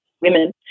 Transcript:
women